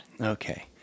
Okay